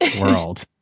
world